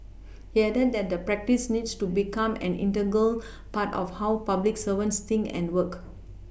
he added that the practice needs to become an integral part of how public servants think and work